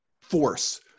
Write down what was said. force